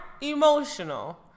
emotional